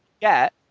get